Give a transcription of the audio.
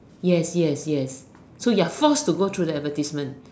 yes yes yes so you're first to go through the advertisement